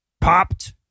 popped